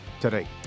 today